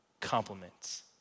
compliments